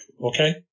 Okay